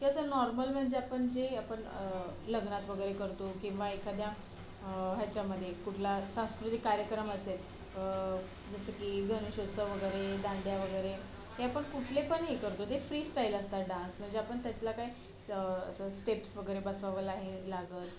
असं नॉर्मल म्हणजे आपण जे आपण लग्नात वगैरे करतो किंवा एखाद्या हेच्यामध्ये कुठला सांस्कृतिक कार्यक्रम असेल जसं की गनेश उत्सव वगैरे दांडिया वगैरे हे आपण कुठले पण हे करतो ते फ्री स्टाईल असतात डान्स म्हणजे आपण त्यातला काय असं स्टेप्स वगैरे बसवावं नाही लागत